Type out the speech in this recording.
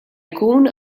jkun